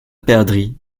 perdrix